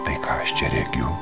tai ką aš čia regiu